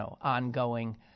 ongoing